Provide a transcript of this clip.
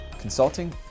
consulting